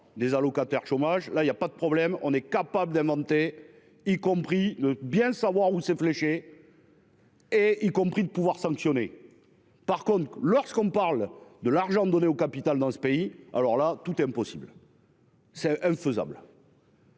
des allocataires chômage là il y a pas de problème, on est capable d'inventer, y compris bien savoir où c'est fléché. Et y compris le pouvoir sanctionner. Par contre, lorsqu'on parle de l'argent donné au capital dans ce pays. Alors là tout impossible. C'est infaisable.